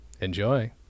Enjoy